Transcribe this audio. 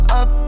up